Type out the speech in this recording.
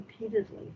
repeatedly